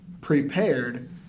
prepared